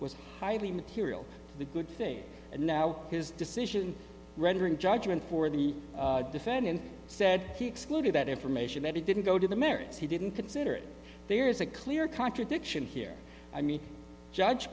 was highly material the good thing and now his decision rendering judgment for the defendant said he excluded that information that he didn't go to the merits he didn't consider it there is a clear contradiction here i mean judge